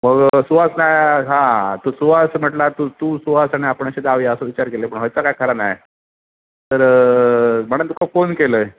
मग सुवास नाही हां तू सुवास म्हटल्या तू तू सुवास आणि आपण असे जाऊ या असं विचार केले पण हाचा काय खरा नाही तर म्हणन तुमका फोन केलंय